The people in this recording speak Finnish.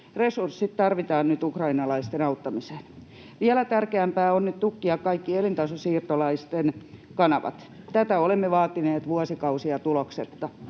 Resurssit tarvitaan nyt ukrainalaisten auttamiseen. Vielä tärkeämpää on nyt tukkia kaikki elintasosiirtolaisten kanavat. Tätä olemme vaatineet vuosikausia tuloksetta.